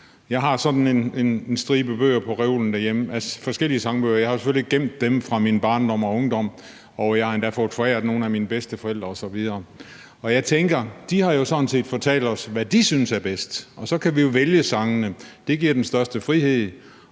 Jeg har sådan en stribe af forskellige sangbøger på reolen derhjemme. Jeg har selvfølgelig gemt dem fra min barndom og ungdom, og jeg har endda fået foræret nogle af mine bedsteforældre osv. Og jeg tænker, at de sådan set har fortalt os, hvad de syntes var bedst, og så kan vi jo vælge sangene. Det giver den største frihed.